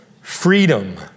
freedom